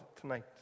tonight